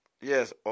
Yes